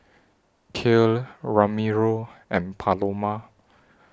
Kale Ramiro and Paloma